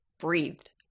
breathed